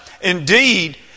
indeed